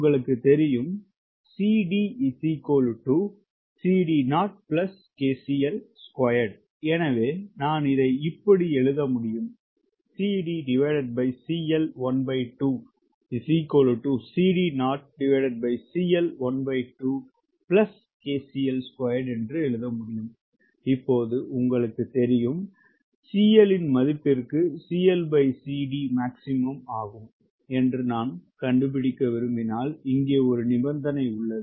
உங்களுக்குத் தெரியும் எனவே நான் இதை இப்படி எழுத முடியும் இப்போது உங்களுக்குத் தெரியும் இப்பொழுது CL இன் மதிப்பிற்கு மாக்ஸிமும் ஆகும் என்று நான் கண்டுபிடிக்க விரும்பினால் இங்கே ஒரு நிபந்தனை உள்ளது